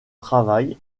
travail